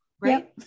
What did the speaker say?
right